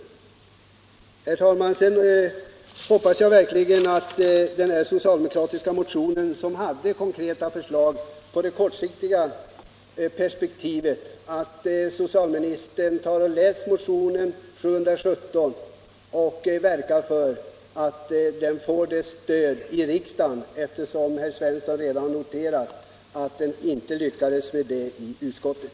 Sedan hoppas jag verkligen att socialministern läser den socialdemokratiska motionen 717, som innehåller konkreta förslag i det kortsiktiga perspektivet, och att han verkar för att den skall få ett stöd i riksdagen; herr Svensson i Kungälv har redan noterat att man inte fick tillräckligt stöd för den i utskottet.